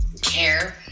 care